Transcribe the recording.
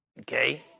Okay